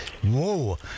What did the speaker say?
Whoa